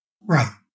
Right